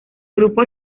grupo